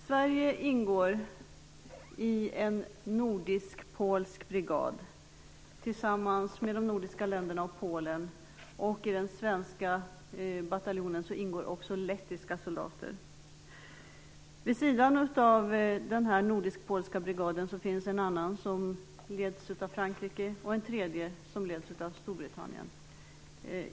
Sverige ingår i en nordisk-polsk brigad tillsammans med de nordiska länderna och Polen. I den svenska bataljonen ingår också lettiska soldater. Vid sidan av denna nordisk-polska brigad finns en annan som leds av Frankrike och en tredje som leds av Storbritannien.